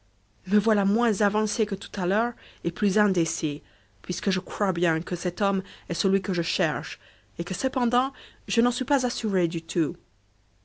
me voilà moins avancé que tout à l'heure et plus indécis puisque je crois bien que cet homme est celui que je cherche et que cependant je n'en suis pas assuré du tout